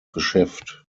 geschäft